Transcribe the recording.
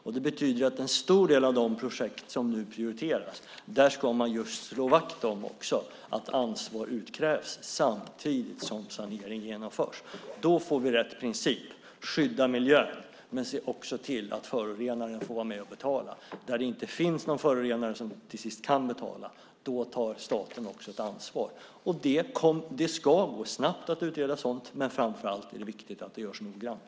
Detta betyder att i en stor del av de projekt som nu prioriteras ska man just slå vakt om att ansvar utkrävs samtidigt som sanering genomförs. Då får vi rätt princip: Skydda miljön, men se också till att förorenaren får vara med och betala. Där det inte finns någon förorenare som kan betala tar staten också ett ansvar. Det ska gå snabbt att utreda sådant, men framför allt är det viktigt att det görs noggrant.